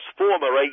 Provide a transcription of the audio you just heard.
former